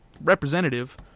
representative